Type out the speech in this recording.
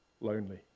lonely